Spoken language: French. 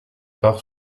part